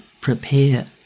prepare